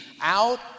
out